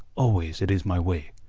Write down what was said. always it is my way.